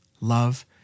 love